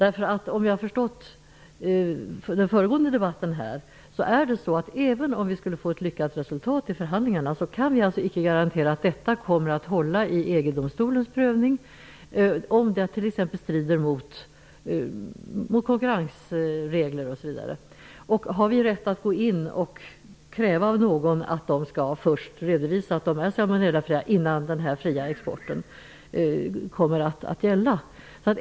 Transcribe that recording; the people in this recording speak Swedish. Efter vad jag kan förstå av den föregående debatten är det så, att även om vi skulle uppnå ett lyckat resultat i förhandlingarna, kan vi inte garantera att detta kommer att hålla i EG-domstolens prövning, om denna skulle finna att något undantag strider mot t.ex. regler om konkurrensfrihet osv. Har vi rätt att kräva att någon skall redovisa att en produkt är fri från salmonella, innan den friare exporten kommer att gälla?